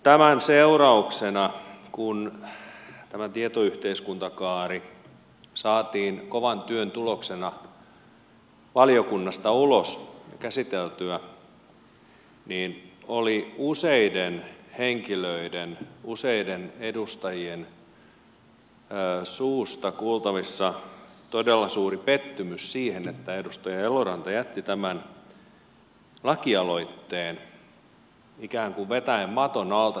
tämän seurauksena kun tämä tietoyhteiskuntakaari saatiin kovan työn tuloksena valiokunnasta ulos käsiteltyä oli useiden henkilöiden useiden edustajien suusta kuultavissa todella suuri pettymys siihen että edustaja eloranta jätti tämän lakialoitteen ikään kuin vetäen maton alta tuolta yhteistyöltä